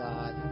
God